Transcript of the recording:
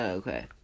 Okay